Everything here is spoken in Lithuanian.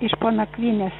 iš po nakvynės